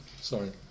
sorry